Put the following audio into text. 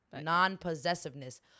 non-possessiveness